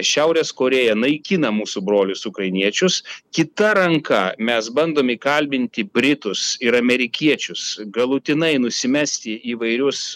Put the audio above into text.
šiaurės korėją naikina mūsų brolius ukrainiečius kita ranka mes bandom įkalbinti britus ir amerikiečius galutinai nusimesti įvairius